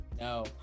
No